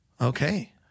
Okay